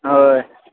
होय